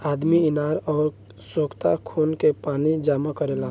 आदमी इनार अउर सोख्ता खोन के पानी जमा करेला